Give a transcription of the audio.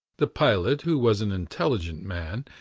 the pilot, who was an intelligent man,